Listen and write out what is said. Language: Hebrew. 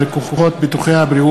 טיבן של מערכות התשתיות והניקוז ברשויות